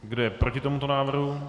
Kdo je proti tomuto návrhu?